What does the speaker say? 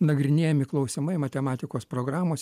nagrinėjami klausimai matematikos programos